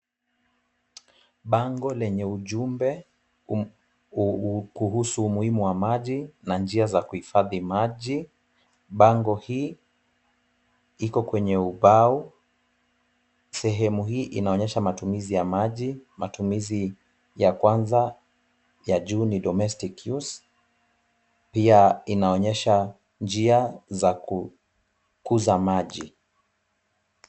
Bango lenye ujumbe kuhusu umuhimu wa maji na njia za kuhifadhi maji. Bango hii iko kwenye ubao. Sehemu hii inaonyesha matumizi ya maji. Matumizi ya kwanza ya juu ni domestic use . Pia inaonyesha njia za kukuza maji